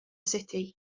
city